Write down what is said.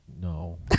No